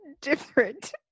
different